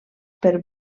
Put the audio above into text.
per